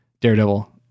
Daredevil